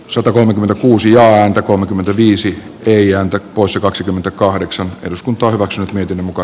satakolmekymmentäkuusi ääntä kolmekymmentäviisi ei ääntä kuusi että eduskunta hyväksyi miten muka